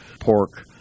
pork